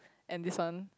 and this one